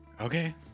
Okay